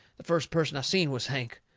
the first person i seen was hank.